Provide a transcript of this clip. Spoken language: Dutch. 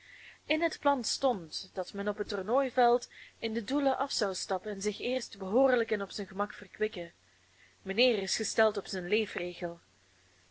in het plan stond dat men op het tornooiveld in den doelen af zou stappen en zich eerst behoorlijk en op zijn gemak verkwikken mijnheer is gesteld op zijn